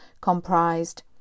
comprised